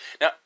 Now